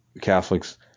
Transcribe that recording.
Catholics